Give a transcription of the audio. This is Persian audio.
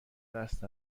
دست